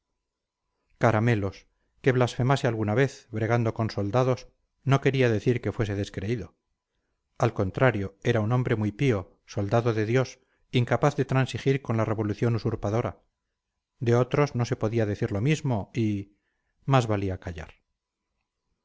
caramelos que blasfemase alguna vez bregando con soldados no quería decir que fuese descreído al contrario era hombre muy pío soldado de dios incapaz de transigir con la revolución usurpadora de otros no se podía decir lo mismo y más valía callar